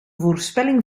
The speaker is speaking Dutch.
voorspelling